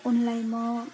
उनलाई म